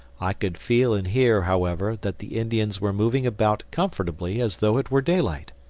i could feel and hear, however, that the indians were moving about comfortably as though it were daylight.